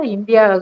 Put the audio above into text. India